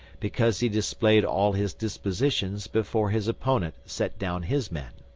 because he displayed all his dispositions before his opponent set down his men.